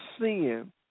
sin